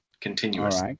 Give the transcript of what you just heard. continuous